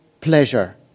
pleasure